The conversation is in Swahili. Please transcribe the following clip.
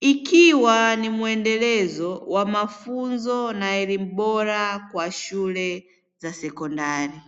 Ikiwa ni mwendelezo wa mafunzo na elimu bora kwa shule za sekondari.